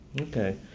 Okay